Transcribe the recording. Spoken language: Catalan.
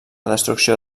destrucció